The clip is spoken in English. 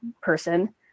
person